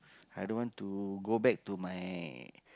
i don't want to go back to my